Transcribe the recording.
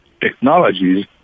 technologies